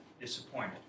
Disappointed